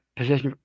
position